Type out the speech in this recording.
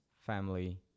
family